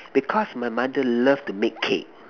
because my mother love to make cake